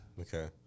Okay